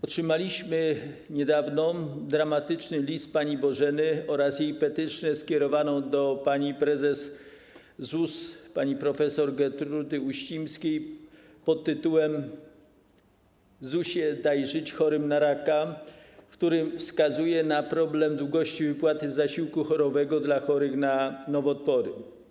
Otrzymaliśmy niedawno dramatyczny list pani Bożeny oraz jej petycję skierowaną do prezes ZUS pani prof. Gertrudy Uścińskiej pt. ˝ZUS-ie, daj żyć chorym na raka˝, w której wskazuje na problem długości okresu wypłaty zasiłku chorobowego dla chorych na nowotwory.